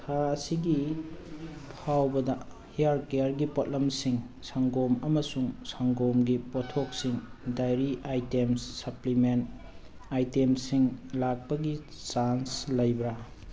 ꯊꯥ ꯑꯁꯤꯒꯤ ꯐꯥꯎꯕꯗ ꯍꯤꯌꯥꯔ ꯀꯤꯌꯥꯔꯒꯤ ꯄꯣꯠꯂꯝꯁꯤꯡ ꯁꯪꯒꯣꯝ ꯑꯃꯁꯨꯡ ꯁꯪꯒꯣꯝꯒꯤ ꯄꯣꯊꯣꯛꯁꯤꯡ ꯗꯥꯏꯔꯤ ꯑꯥꯏꯇꯦꯝꯁ ꯁꯞꯄ꯭ꯂꯤꯃꯦꯟ ꯑꯥꯏꯇꯦꯝꯁꯤꯡ ꯂꯥꯛꯄꯒꯤ ꯆꯥꯟꯁ ꯂꯩꯕ꯭ꯔꯥ